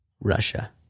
Russia